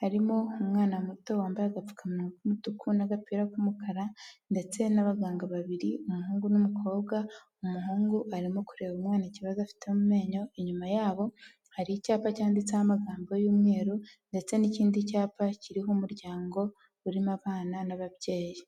harimo umwana muto wambaye agapfukamunwa k'umutuku, n'agapira k'umukara, ndetse n'abaganga babiri, umuhungu n'umukobwa, umuhungu arimo kureba umwana ikibazo afite mu menyo, inyuma yabo hari icyapa cyanditseho amagambo y'umweru, ndetse n'ikindi cyapa kiriho umuryango urimo abana n'ababyeyi.